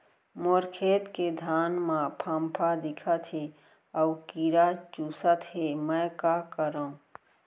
मोर खेत के धान मा फ़ांफां दिखत हे अऊ कीरा चुसत हे मैं का करंव?